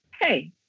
hey